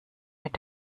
mit